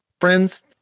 friends